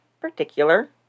particular